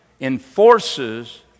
enforces